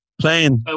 playing